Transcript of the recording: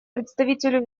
представителю